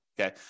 Okay